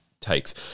takes